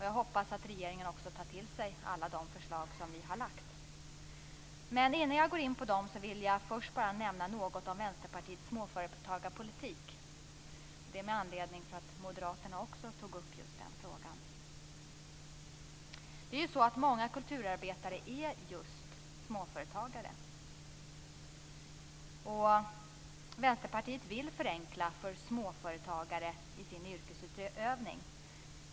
Jag hoppas att regeringen också tar till sig alla de förslag som vi har lagt fram. Innan jag går in på dem vill jag först bara nämna något om Vänsterpartiets småföretagarpolitik. Det är med anledning av att moderaterna också tog upp just den frågan. Många kulturarbetare är just småföretagare. Vänsterpartiet vill förenkla för småföretagare i deras yrkesutövning.